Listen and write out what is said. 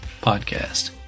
Podcast